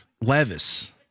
Levis